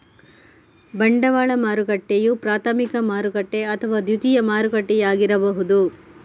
ಬಂಡವಾಳ ಮಾರುಕಟ್ಟೆಯು ಪ್ರಾಥಮಿಕ ಮಾರುಕಟ್ಟೆ ಅಥವಾ ದ್ವಿತೀಯ ಮಾರುಕಟ್ಟೆಯಾಗಿರಬಹುದು